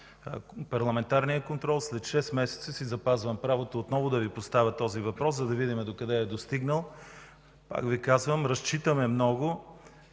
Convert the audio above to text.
парламентарния контрол след 6 месеца си запазвам правото отново да Ви поставя този въпрос, за да видим докъде е стигнал. Пак Ви казвам, разчитаме много